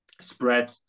spread